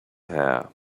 hair